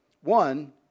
One